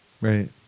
Right